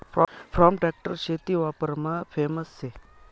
form tractor शेती वापरमा famous शे